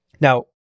Now